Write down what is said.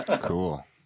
Cool